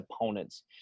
opponents